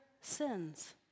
sins